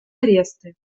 аресты